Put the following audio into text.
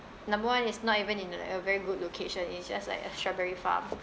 number one it's not even in like a very good location it's just like a strawberry farm